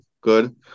good